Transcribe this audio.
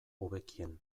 hobekien